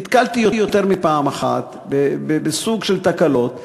נתקלתי יותר מפעם אחת בסוג של תקלות,